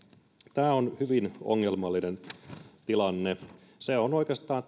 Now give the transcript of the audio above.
tämä on hyvin ongelmallinen tilanne tämä kaikki on oikeastaan